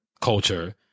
culture